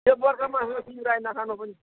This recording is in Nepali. यो बर्खा माझमा सिमरायो नखानू पनि